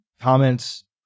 comments